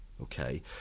okay